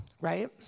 right